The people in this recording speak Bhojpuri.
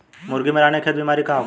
मुर्गी में रानीखेत बिमारी का होखेला?